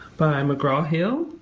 by mcgraw-hill,